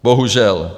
Bohužel.